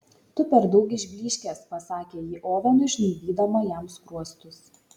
tu per daug išblyškęs pasakė ji ovenui žnaibydama jam skruostus